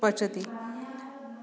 पचति